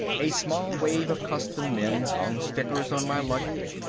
a small wave of custom men hung stickers on my luggage,